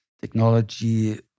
technology